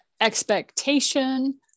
expectation